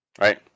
right